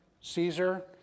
Caesar